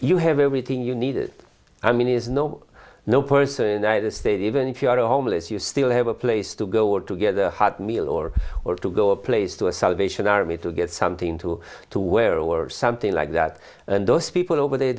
you have everything you needed i mean is no no person i the state even if you are homeless you still have a place to go or together hot meal or or to go a place to a salvation army to get something to to wear or something like that and those people over there